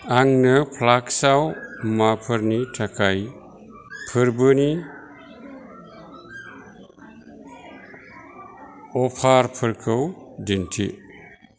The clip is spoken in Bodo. आंनो फ्लास्क आव मुवाफोरनि थाखाय फोरबोनि अफार फोरखौ दिन्थि